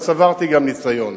אבל צברתי גם ניסיון,